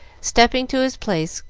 stepping to his place,